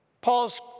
Paul's